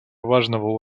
важного